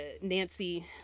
nancy